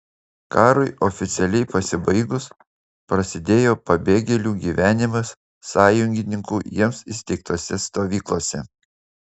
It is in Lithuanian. karui oficialiai pasibaigus prasidėjo pabėgėlių gyvenimas sąjungininkų jiems įsteigtose stovyklose